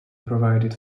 provided